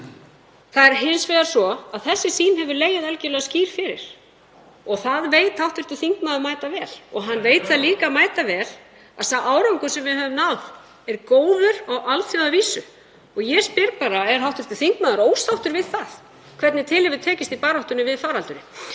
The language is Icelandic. Það er hins vegar svo að þessi sýn hefur legið algerlega skýr fyrir og það veit hv. þingmaður mætavel. Hann veit líka mætavel að sá árangur sem við höfum náð er góður á alþjóðavísu. Ég spyr bara: Er hv. þingmaður ósáttur við það hvernig til hefur tekist í baráttunni við faraldurinn?